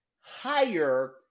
higher